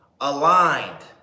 aligned